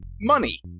Money